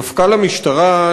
מפכ"ל המשטרה,